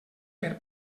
per